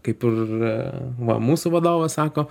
kaip ir va mūsų vadovas sako